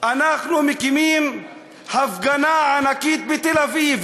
אנחנו מקיימים הפגנה ענקית בתל-אביב.